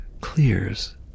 clears